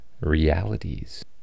Realities